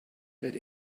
that